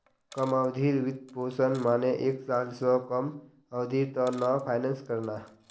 कम अवधिर वित्तपोषण माने एक साल स कम अवधिर त न फाइनेंस करना